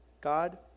God